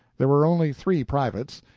there were only three privates,